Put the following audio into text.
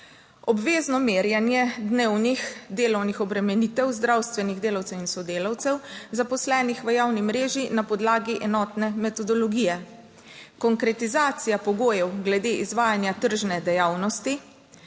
obvezno merjenje dnevnih delovnih obremenitev zdravstvenih delavcev in sodelavcev zaposlenih v javni mreži na podlagi enotne metodologije, konkretizacija pogojev glede izvajanja tržne dejavnosti,